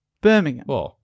birmingham